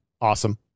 awesome